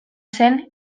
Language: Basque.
zen